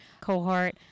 cohort